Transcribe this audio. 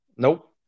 Nope